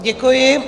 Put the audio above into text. Děkuji.